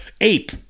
ape